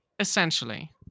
Essentially